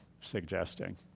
suggesting